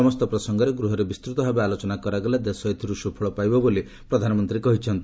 ସମସ୍ତ ପ୍ରସଙ୍ଗରେ ଗୃହରେ ବିସ୍ତୃତ ଭାବେ ଆଲୋଚନା କରାଗଲେ ଦେଶ ଏଥିରୁ ସୁଫଳ ପାଇବ ବୋଲି ପ୍ରଧାନମନ୍ତ୍ରୀ କହିଛନ୍ତି